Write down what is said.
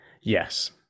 Yes